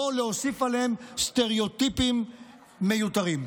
לא להוסיף עליהם סטריאוטיפים מיותרים.